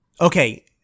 Okay